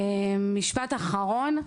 משפט אחרון,